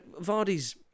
Vardy's